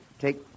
take